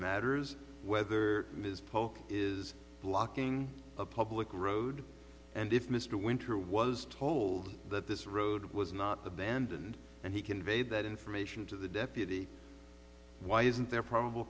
matters whether ms polk is blocking a public road and if mr winter was told that this road was not abandoned and he conveyed that information to the deputy why isn't there probable